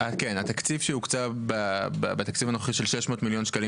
התקציב שהוקצב בתקציב הנוכחי של 600 מיליון שקלים,